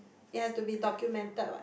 it has to be documented what